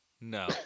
no